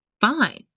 fine